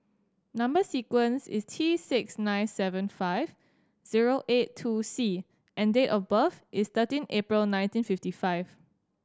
number sequence is T six nine seven five zero eight two C and date of birth is thirteen April nineteen fifty five